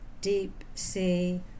deep-sea